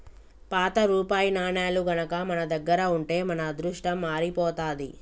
పాత రూపాయి నాణేలు గనక మన దగ్గర ఉంటే మన అదృష్టం మారిపోతాది